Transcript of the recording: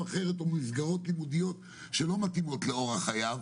אחרת ומסגרות לימודיות שלא מתאימות לאורח חייו,